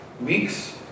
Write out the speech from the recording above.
weeks